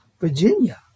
Virginia